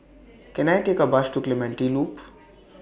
Can I Take A Bus to Clementi Loop